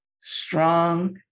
strong